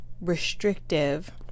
restrictive